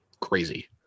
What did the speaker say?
crazy